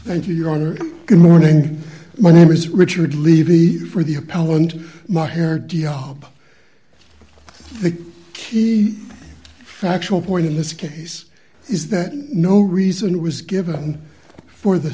thank you your honor good morning my name is richard levy for the appellant my hair d op the key factual point in this case is that no reason was given for the